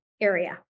area